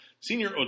Senior